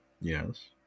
Yes